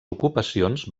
ocupacions